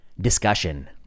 Discussion